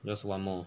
just one more